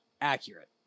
accurate